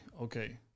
okay